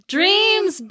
Dreams